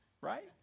right